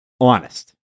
honest